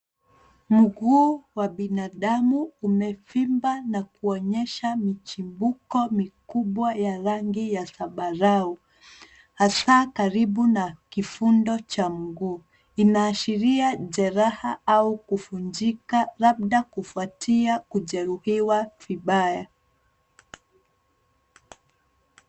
Mguu wa binadamu umevimba na kuonyesha mchipuko mikubwa ya rangi ya zambarau hasa karibu na kifundo cha mguu. Inaashiria jeraha au kuvunjika labda kufuatia kujeruhiwa vibaya.